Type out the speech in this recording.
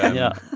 yeah,